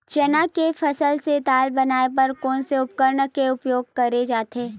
चना के फसल से दाल बनाये बर कोन से उपकरण के उपयोग करे जाथे?